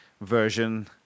version